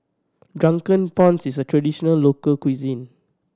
Drunken Prawns is a traditional local cuisine